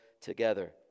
together